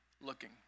looking